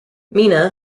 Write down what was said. mina